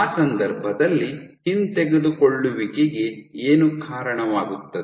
ಆ ಸಂದರ್ಭದಲ್ಲಿ ಹಿಂತೆಗೆದುಕೊಳ್ಳುವಿಕೆಗೆ ಏನು ಕಾರಣವಾಗುತ್ತದೆ